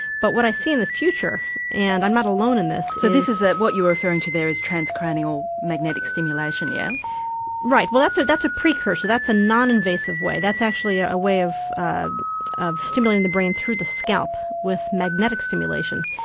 but what i see in the future and i'm not alone in this. so this is what you are referring to there is transcranial magnetic stimulation? yeah right, well that's so that's a precursor, that's a non-invasive way, that's actually ah a way of ah of stimulating the brain through the scalp with magnetic stimulation.